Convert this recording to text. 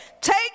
Take